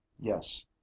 Yes